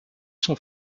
sont